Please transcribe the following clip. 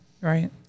Right